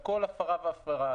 על כל הפרה והפרה,